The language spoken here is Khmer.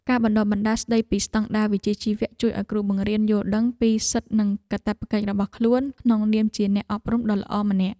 ការបណ្តុះបណ្តាលស្តីពីស្តង់ដារវិជ្ជាជីវៈជួយឱ្យគ្រូបង្រៀនយល់ដឹងពីសិទ្ធិនិងកាតព្វកិច្ចរបស់ខ្លួនក្នុងនាមជាអ្នកអប់រំដ៏ល្អម្នាក់។